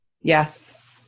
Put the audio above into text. Yes